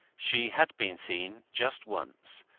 she had been seen just once,